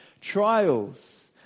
Trials